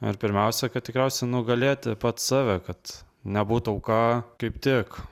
ir pirmiausia kad tikriausiai nugalėti pats save kad nebūt auka kaip tik